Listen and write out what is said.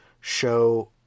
show